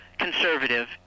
conservative